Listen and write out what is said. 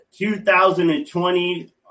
2020